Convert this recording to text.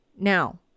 Now